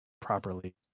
properly